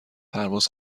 پرواز